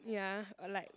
ya I like